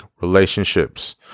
relationships